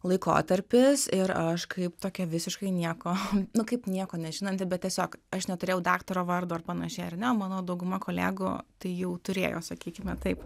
laikotarpis ir aš kaip tokia visiškai nieko nu kaip nieko nežinanti bet tiesiog aš neturėjau daktaro vardo ar panašiai ar ne mano dauguma kolegų tai jau turėjo sakykime taip